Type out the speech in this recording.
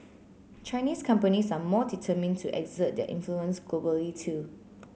Chinese companies are more determined to exert their influence globally too